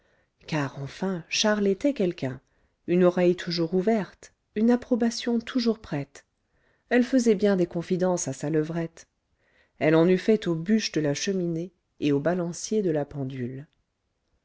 car enfin charles était quelqu'un une oreille toujours ouverte une approbation toujours prête elle faisait bien des confidences à sa levrette elle en eût fait aux bûches de la cheminée et au balancier de la pendule